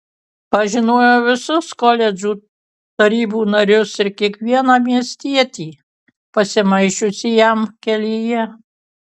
pažinojo visus koledžų tarybų narius ir kiekvieną miestietį pasimaišiusį jam kelyje